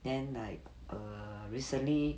then like err recently